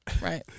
right